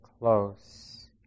close